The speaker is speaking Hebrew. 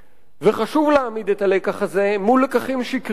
וחשוב להעמיד את הלקח הזה מול לקחים שקריים,